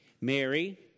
Mary